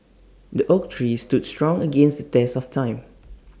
the oak tree stood strong against the test of time